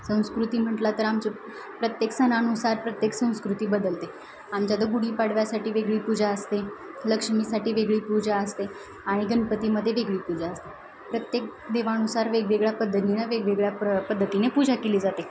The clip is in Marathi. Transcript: संस्कृती म्हटलं तर आमचे प्रत्येक सणानुसार प्रत्येक संस्कृती बदलते आमच्यात गुढीपाडव्यासाठी वेगळी पूजा असते लक्ष्मीसाठी वेगळी पूजा असते आणि गणपतीमध्ये वेगळी पूजा असते प्रत्येक देवानुसार वेगवेगळ्या पद्धतीनं वेगवेगळ्या प्र पद्धतीने पूजा केली जाते